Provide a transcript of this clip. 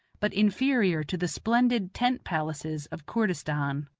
but inferior to the splendid tent-palaces of koordistan.